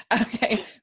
Okay